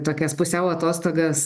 tokias pusiau atostogas